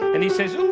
and he says, oops,